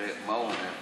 הרי מה הוא אומר,